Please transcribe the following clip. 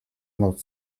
not